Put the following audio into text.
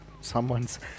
someone's